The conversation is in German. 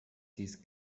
dies